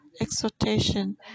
exhortation